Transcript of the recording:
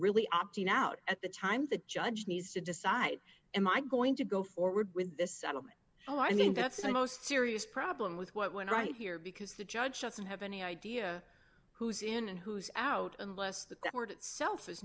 really opting out at the time the judge needs to decide am i going to go forward with this settlement oh i think that's a most serious problem with what went right here because the judge doesn't have any idea who's in and who's out unless the court itself is